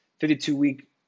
52-week